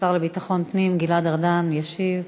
השר לביטחון פנים גלעד ארדן ישיב.